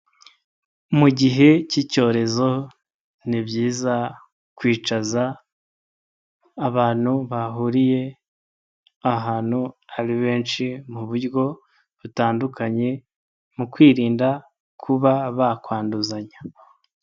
Mu gihe cy'icyorezo ni byiza kwicaza abantu bahuriye ahantu ari benshi mu buryo butandukanye mu kwirinda kuba bakwanduzanya.